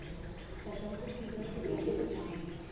फसल को कीड़ों से कैसे बचाएँ?